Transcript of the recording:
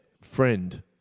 friend